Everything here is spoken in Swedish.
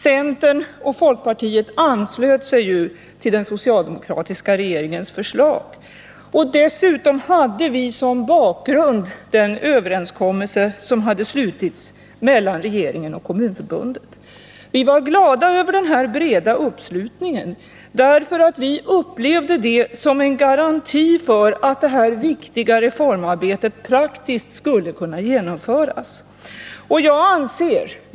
Centern och folkpartiet anslöt sig ju till den socialdemokratiska regeringens förslag. Dessutom hade vi som bakgrund den överenskommelse som hade slutits mellan regeringen och Kommunförbundet. Vi var glada över den här breda uppslutningen. Vi upplevde den som en garanti för att detta viktiga reformarbete praktiskt skulle kunna genomföras.